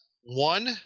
one